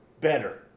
better